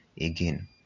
Again